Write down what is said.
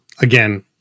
again